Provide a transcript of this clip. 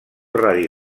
radi